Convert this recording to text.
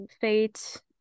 fate